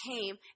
came